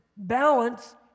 Balance